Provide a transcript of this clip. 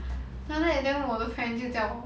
then after that then 我的 friend 就叫